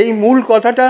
এই মূল কথাটা